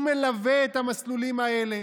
הוא מלווה את המסלולים האלה,